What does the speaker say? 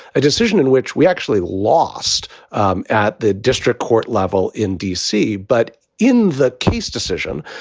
a decision in which we actually lost um at the district court level in d c. but in that case decision,